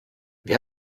wer